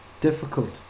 difficult